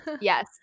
yes